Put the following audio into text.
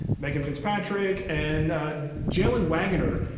megan fitzpatrick, and jelan waggoner,